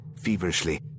feverishly